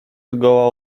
zgoła